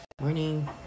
Morning